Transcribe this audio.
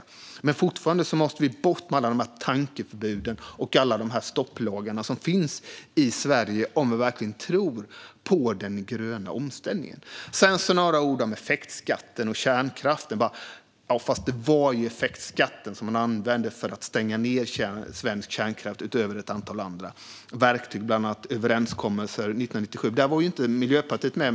Men vi måste fortfarande få bort alla tankeförbud och stopplagar som finns i Sverige om vi verkligen tror på den gröna omställningen. Sedan ska jag säga några ord om effektskatten och kärnkraften. Det var effektskatten som man använde för att stänga ned svensk kärnkraft utöver ett antal andra verktyg, bland annat överenskommelser 1997. Där var inte Miljöpartiet med.